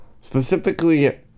specifically